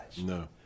No